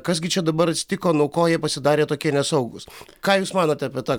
kas gi čia dabar atsitiko nuo ko jie pasidarė tokie nesaugūs ką jūs manot apie tą